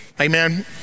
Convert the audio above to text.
Amen